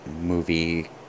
movie